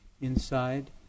inside